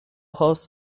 hosts